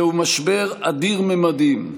זהו משבר אדיר ממדים,